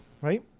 right